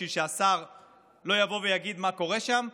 בשביל שהשר לא יבוא ויגיד מה קורה שם.